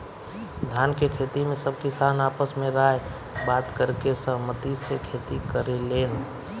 धान के खेती में सब किसान आपस में राय बात करके सहमती से खेती करेलेन